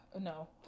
No